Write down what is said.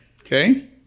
Okay